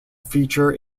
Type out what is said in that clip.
feature